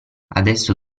adesso